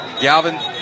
Galvin